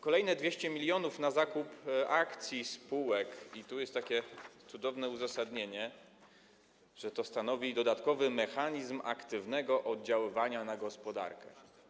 Kolejne 200 mln na zakup akcji spółek, i tu jest takie cudowne uzasadnienie, że to stanowi dodatkowy mechanizm aktywnego oddziaływania na gospodarkę.